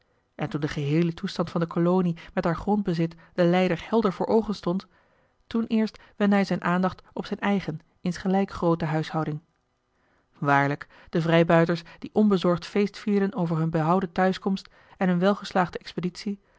en toen de geheele toestand van de kolonie met haar grondbezit den leider helder voor oogen stond toen eerst wendde hij zijn aandacht op zijn eigen insgelijk groote huishouding waarlijk de vrijbuiters die onbezorgd feestvierden over hun behouden thuiskomt en hun welgeslaagde expeditie